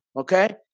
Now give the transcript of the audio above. Okay